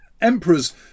emperors